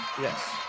Yes